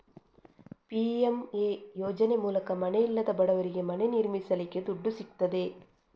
PMA ಯೋಜನೆ ಮೂಲಕ ಮನೆ ಇಲ್ಲದ ಬಡವರಿಗೆ ಮನೆ ನಿರ್ಮಿಸಲಿಕ್ಕೆ ದುಡ್ಡು ಸಿಗ್ತದೆ